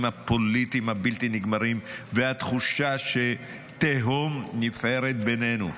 הפוליטיים הבלתי-נגמרים והתחושה שתהום נפערת בינינו,